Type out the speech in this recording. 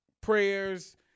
prayers